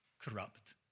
corrupt